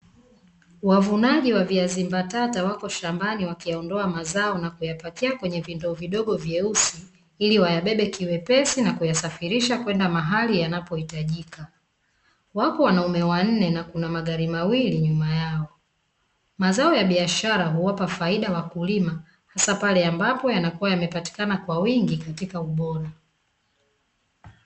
Wavunaji wa viazi mbatata wako shambani wakiondoa mazao na kuyapakia kwenye vindoo vidogo vyeusi ili wayabebe kiwepesi na kuyasafirisha kwenda mahali yanapo hitajika, wako wanaume wanne na kuna magari mawili nyuma yao, mazao ya biashara huwapa faida wakulima hasa pale ambapo yanakuwa yanapatikana kwa wingi katika ubora.